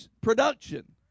production